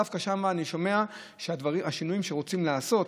דווקא שם אני שומע שהשינויים שרוצים לעשות,